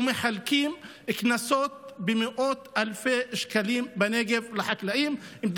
ומחלקים קנסות במאות אלפי שקלים לחקלאים בנגב.